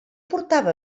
portava